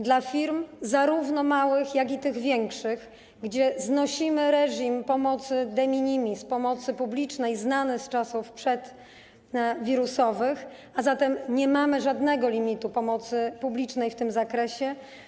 Dla firm, zarówno małych, jak i większych, znosimy reżim pomocy de minimis, pomocy publicznej, znany z czasów przedwirusowych, a zatem nie mamy żadnego limitu pomocy publicznej w tym zakresie.